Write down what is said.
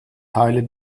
teile